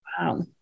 wow